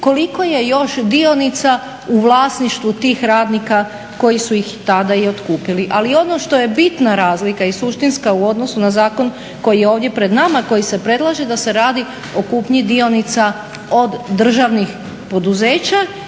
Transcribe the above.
koliko je još dionica u vlasništvu tih radnika koji su ih tada i otkupili. Ali ono što je bitna razlika i suštinska u odnosu na zakon koji je ovdje pred nama i koji se predlaže da se radi o kupnji dionica od državnih poduzeća